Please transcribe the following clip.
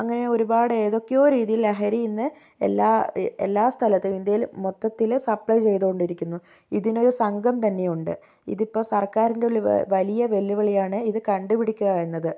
അങ്ങനെ ഒരുപാട് ഏതൊക്കെയോ രീതിയിൽ ലഹരി ഇന്ന് എല്ലാ എല്ലാ സ്ഥലത്തും ഇന്ത്യയിൽ മൊത്തത്തില് സപ്ലൈ ചെയ്ത് കൊണ്ടിരിക്കുന്നു ഇതിനൊരു സംഘം തന്നെയുണ്ട് ഇതിപ്പോൾ സർക്കറിൻ്റെ ല് വലിയ വെല്ലുവിളിയാണ് ഇത് കണ്ടുപിടിക്കുക എന്നത്